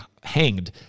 hanged